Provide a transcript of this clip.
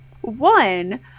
One